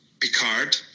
Picard